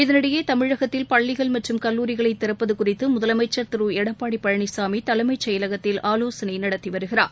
இதனிடையே தமிழகத்தில் பள்ளிகள் மற்றும் கல்லூரிகளை திறப்பது குறித்து முதலமைச்ச் திரு எடப்பாடி பழனிசாமி தலைமச் செயலகத்தில் ஆவோசனை நடத்தி வருகிறார்